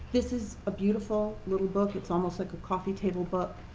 this is a beautiful little book, it's almost like a coffee table book.